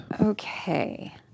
Okay